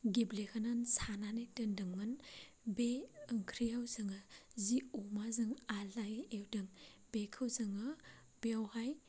गेब्लेहोनो सानानै दोन्दोंमोन बे ओंख्रियाव जोङो जि अमा जों आलदायै एवदों बेखौ जोङो बेयावहाय